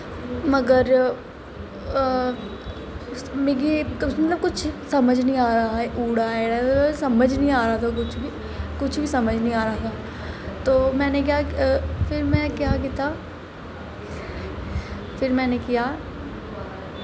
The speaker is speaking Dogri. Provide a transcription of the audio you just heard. मगर ओह् मिगी मतलब कुछ समझ नेईं आ'रदा हा ऊड़ा आड़ा समझ निं आ'रदा हा कुछ बी समझ निं आ'रदा हा फिर में केह् कीता फिर मैनें किया